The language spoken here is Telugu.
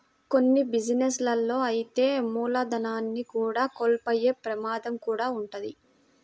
కొన్ని బిజినెస్ లలో అయితే మూలధనాన్ని కూడా కోల్పోయే ప్రమాదం కూడా వుంటది